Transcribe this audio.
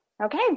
Okay